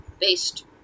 based